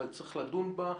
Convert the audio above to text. אבל צריך לדון בה.